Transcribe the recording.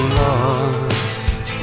lost